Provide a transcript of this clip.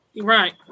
right